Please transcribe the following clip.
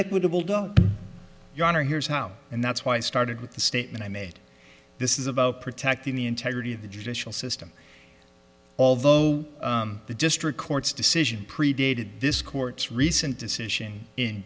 equitable does your honor here's how and that's why i started with the statement i made this is about protecting the integrity of the judicial system although the district court's decision predated this court's recent decision